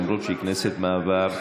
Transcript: למרות שהיא כנסת מעבר,